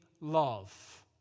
love